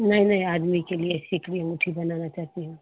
नहीं नहीं आदमी के लिए सिकड़ी अँगूठी बनाना चाहती हूँ